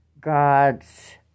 gods